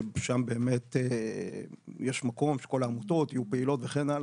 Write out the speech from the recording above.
ששם באמת יש מקום שכל העמותות יהיו פעילות וכן הלאה,